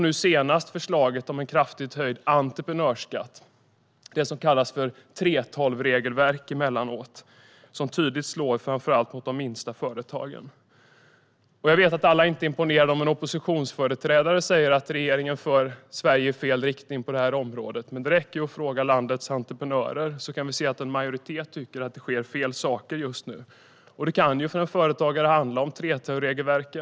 Nu senast har vi förslaget om en kraftigt höjd entreprenörsskatt - det som emellanåt kallas 3:12-regelverket och som tydligt slår mot framför allt de minsta företagen. Jag vet att alla inte blir imponerade när en oppositionsföreträdare säger att regeringen för Sverige i fel riktning på detta område, men det räcker med att fråga landets entreprenörer. Då ser vi att en majoritet tycker att det sker fel saker just nu. Det kan för en företagare handla om 3:12-regelverket.